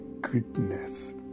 goodness